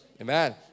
Amen